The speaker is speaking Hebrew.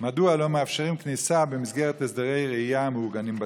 מדוע לא מאפשרים כניסה במסגרת הסדרי ראייה המעוגנים בצו?